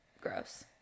Gross